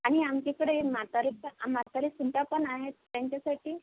आम्ही आमच्याकडे मातारेचा मातारे पण आहे त्यांच्यासाठी